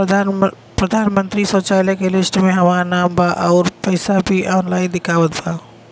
प्रधानमंत्री शौचालय के लिस्ट में हमार नाम बा अउर पैसा भी ऑनलाइन दिखावत बा